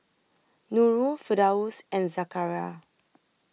Nurul Firdaus and Zakaria